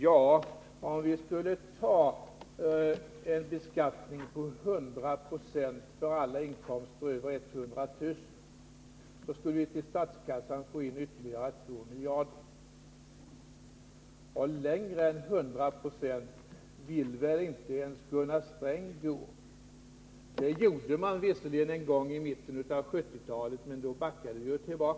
Ja, om vi skulle ta ut en beskattning på 100 96 på alla inkomster över 100 000 skulle vi till statskassan få in ytterligare 2 miljarder. Längre än till 100 96 vill väl inte ens Gunnar Sträng gå. Det gjorde man visserligen en gång under mitten av 1970-talet, men då backade man tillbaka.